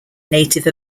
native